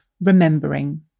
Remembering